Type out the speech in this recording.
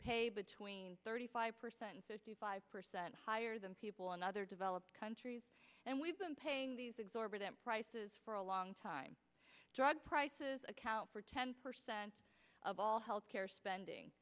pay between thirty five percent fifty five percent higher than people in other developed countries and we've been paying these exorbitant prices for a long time drug prices account for ten percent of all health care spending